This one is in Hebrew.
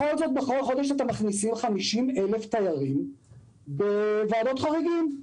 בכל זאת בכל חודש אתם מכניסים 50,000 תיירים בוועדות חריגים,